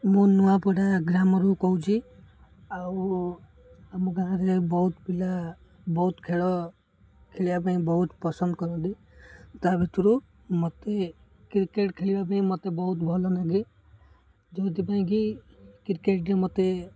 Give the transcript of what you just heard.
ମୁଁ ନୂଆପଡ଼ା ଗ୍ରାମରୁ କହୁଛି ଆଉ ଆମ ଗାଁରେ ବହୁତ ପିଲା ବହୁତ ଖେଳ ଖେଳିବା ପାଇଁ ବହୁତ ପସନ୍ଦ କରନ୍ତି ତା ଭିତରୁ ମୋତେ କ୍ରିକେଟ ଖେଳିବା ପାଇଁ ମୋତେ ବହୁତ ଭଲ ଲାଗେ ଯେଉଁଥି ପାଇଁ କି କ୍ରିକେଟରେ ମୋତେ